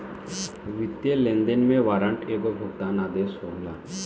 वित्तीय लेनदेन में वारंट एगो भुगतान आदेश होला